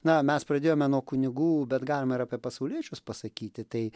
na mes pradėjome nuo kunigų bet galime ir apie pasauliečius pasakyti tai